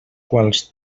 quals